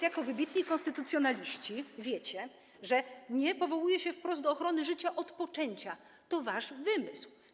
Jako wybitni konstytucjonaliści wiecie, że nie powołuje się wprost do ochrony życia od poczęcia, to wasz wymysł.